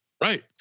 Right